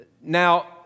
Now